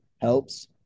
helps